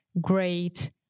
great